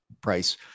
price